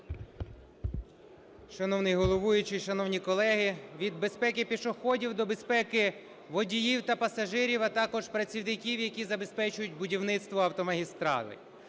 Шановний головуючий, шановні колеги! Від безпеки пішоходів до безпеки водіїв та пасажирів, а також працівників, які забезпечують будівництво автомагістралей.